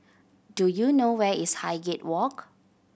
do you know where is Highgate Walk